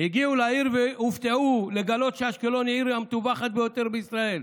"הגיעו לעיר ו'הופתעו' לגלות שאשקלון היא העיר המטווחת ביותר בישראל.